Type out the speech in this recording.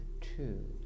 two